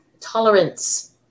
tolerance